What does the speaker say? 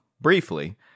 Briefly